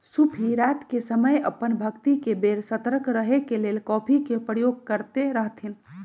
सूफी रात के समय अप्पन भक्ति के बेर सतर्क रहे के लेल कॉफ़ी के प्रयोग करैत रहथिन्ह